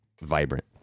vibrant